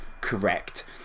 correct